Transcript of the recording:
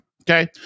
Okay